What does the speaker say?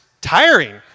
tiring